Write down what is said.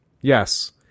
Yes